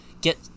get